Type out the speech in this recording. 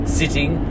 sitting